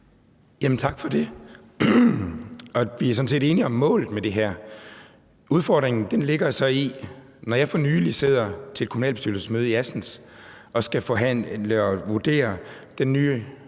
Tak for det. Vi er sådan set enige om målet med det her. Udfordringen ligger så i, at når jeg for nylig sidder til et kommunalbestyrelsesmøde i Assens og skal forhandle om og vurdere den nye